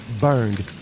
burned